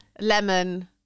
Lemon